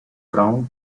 ground